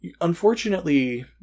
Unfortunately